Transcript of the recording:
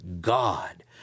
God